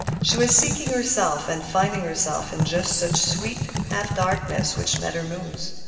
she was seeking herself and finding herself in just such sweet, half-darkness which met her moods.